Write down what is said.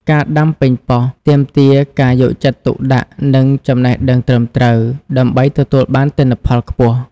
ការដាំប៉េងប៉ោះទាមទារការយកចិត្តទុកដាក់ និងចំណេះដឹងត្រឹមត្រូវ ដើម្បីទទួលបានទិន្នផលខ្ពស់។